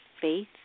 faith